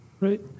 Right